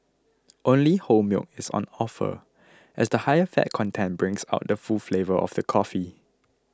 only whole milk is on offer as the higher fat content brings out the full flavour of the coffee